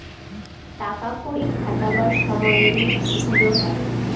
টাকা কড়ি খাটাবার সময় রিস্ক গুলো হয়